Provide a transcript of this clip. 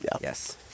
Yes